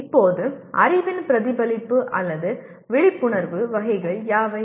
இப்போது அறிவின் பிரதிபலிப்பு அல்லது விழிப்புணர்வு வகைகள் யாவை